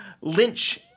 lynch